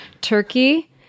turkey